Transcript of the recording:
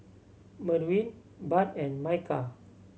Merwin Budd and Micah